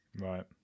right